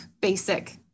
basic